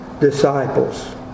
disciples